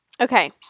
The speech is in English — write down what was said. Okay